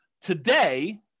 Today